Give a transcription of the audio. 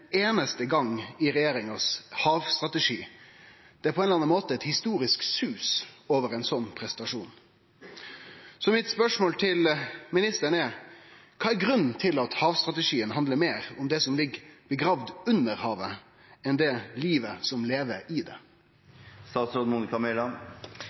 einaste gong i regjeringas havstrategi. Det er på ein eller annan måte eit historisk sus over ein sånn prestasjon. Så mitt spørsmål til ministeren er: Kva er grunnen til at havstrategien handlar meir om det som ligg under havet, enn om det livet som lever i det?